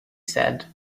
said